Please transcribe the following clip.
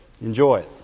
Enjoy